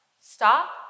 stop